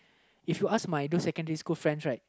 if you ask my those secondary school friends right